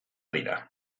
dira